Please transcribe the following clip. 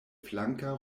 flanka